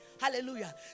Hallelujah